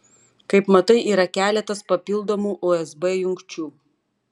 kaip matai yra keletas papildomų usb jungčių